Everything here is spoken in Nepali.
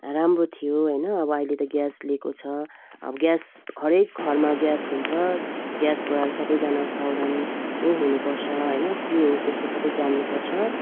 राम्रो थियो हैन अब अहिले ग्यास लिएको छ अब ग्यास हरेक घरमा ग्यास हुन्छ ग्यासको लागि सबैजना सावधान नै हुनुपर्छ हैन के हो कसो हो सबै जान्नुपर्छ